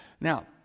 Now